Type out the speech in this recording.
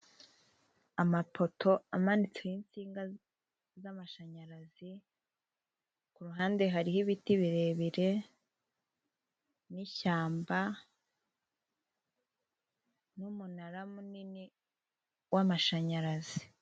Amapoto amanitseho insinga z'amashanyarazi, ku ruhande hariho ibiti birebire, n'ishyamba, n'umunara munini w'amashanyarazi.